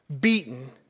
beaten